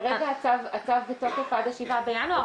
כרגע הצו בתוקף עד ה-7 בינואר,